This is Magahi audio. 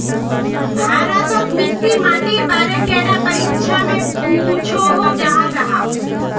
भारत तोत मिट्टी माटिर बारे कैडा परीक्षा में पुछोहो जाहा जाहा?